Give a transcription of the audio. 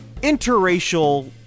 interracial